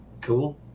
Cool